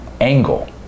angle